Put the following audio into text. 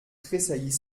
tressaillit